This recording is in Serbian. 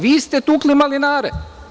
Vi ste tukli malinare.